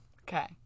Okay